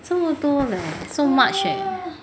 这么多 leh so much eh